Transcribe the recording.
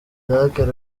jacques